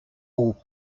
aux